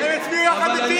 לך תביא חיסונים.